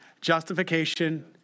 Justification